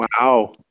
Wow